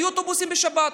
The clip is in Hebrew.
היו אוטובוסים בשבת,